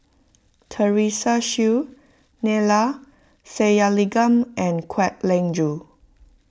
Teresa Hsu Neila Sathyalingam and Kwek Leng Joo